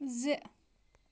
زِ